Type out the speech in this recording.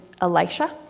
Elisha